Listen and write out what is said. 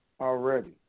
already